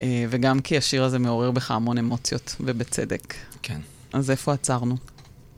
וגם כי השיר הזה מעורר בך המון אמוציות, ובצדק. כן. אז איפה עצרנו?